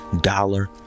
dollar